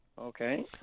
Okay